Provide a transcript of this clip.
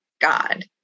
God